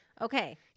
Okay